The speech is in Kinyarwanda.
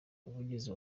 umuvugizi